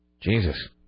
Jesus